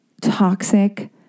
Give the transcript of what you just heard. Toxic